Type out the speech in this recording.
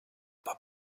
pas